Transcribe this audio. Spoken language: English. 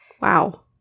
Wow